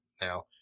Now